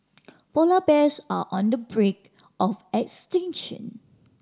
polar bears are on the brink of extinction